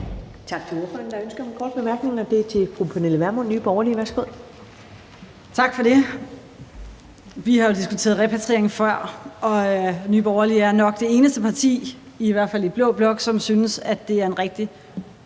Tak for det. Vi har jo diskuteret repatriering før, og Nye Borgerlige er nok det eneste parti – i hvert fald i blå blok – som synes, at det er en rigtig